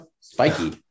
spiky